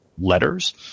letters